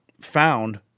found